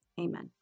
Amen